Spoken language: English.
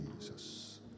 Jesus